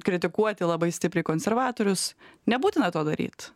kritikuoti labai stipriai konservatorius nebūtina to daryt